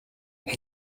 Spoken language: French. est